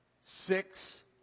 six